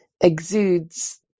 exudes